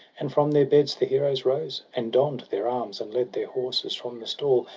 and from their beds the heroes rose, and donn'd their arms, and led their horses from the stall,